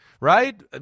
right